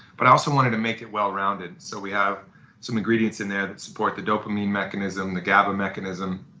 but also wanted to make it well rounded, so we have some ingredients in there to support the dopamine mechanism, the gaba mechanism,